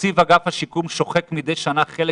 "תקציב אגף השיקום שוחק מדי שנה חלק